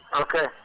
Okay